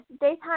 Daytime